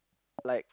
like